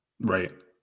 Right